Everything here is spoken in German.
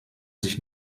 sich